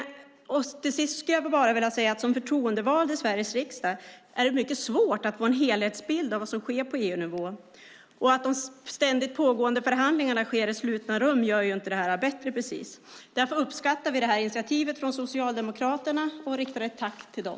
Till sist vill jag bara säga att som förtroendevald i Sveriges riksdag är det mycket svårt att få en helhetsbild av vad som sker på EU-nivå. Att de ständigt pågående förhandlingarna sker i slutna rum gör inte det här bättre precis. Därför uppskattar vi detta initiativ från Socialdemokraterna och riktar ett tack till dem.